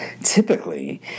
typically